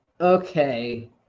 okay